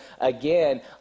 again